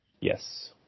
Yes